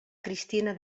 cristina